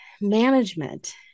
management